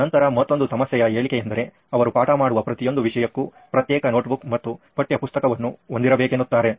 ನಂತರ ಮತ್ತೊಂದು ಸಮಸ್ಯೆಯ ಹೇಳಿಕೆಯೆಂದರೆ ಅವರು ಪಾಠ ಮಾಡುವ ಪ್ರತಿಯೊಂದು ವಿಷಯಕ್ಕೂ ಪ್ರತ್ಯೇಕ ನೋಟ್ ಬುಕ್ ಮತ್ತು ಪಠ್ಯ ಪುಸ್ತಕವನ್ನು ಹೊಂದಿರಬೇಕೆನ್ನುತ್ತಾರೆ